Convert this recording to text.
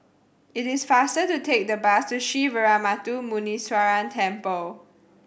it is faster to take the bus to Sree Veeramuthu Muneeswaran Temple